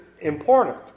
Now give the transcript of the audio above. important